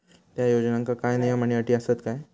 त्या योजनांका काय नियम आणि अटी आसत काय?